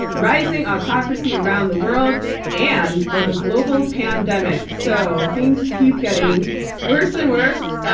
rising autocracy around the world and a global pandemic. so things keep getting worse and worse.